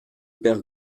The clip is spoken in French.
père